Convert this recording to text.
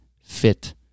fit